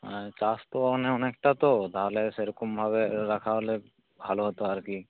হ্যাঁ চাষ তো মানে অনেকটা তো তাহলে সেরকমভাবে রাখা হলে ভালো হত আর কি